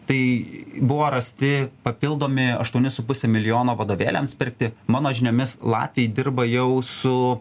tai buvo rasti papildomi aštuoni su puse milijono vadovėliams pirkti mano žiniomis latviai dirba jau su